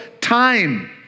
time